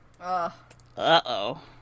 Uh-oh